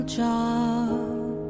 job